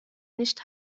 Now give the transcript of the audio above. nicht